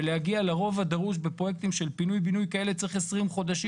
ולהגיע לרוב הדרוש בפרויקטים של פינוי-בינוי כאלה צריך עשרים חודשים.